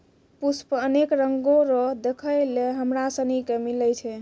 पुष्प अनेक रंगो रो देखै लै हमरा सनी के मिलै छै